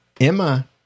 Emma